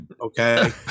okay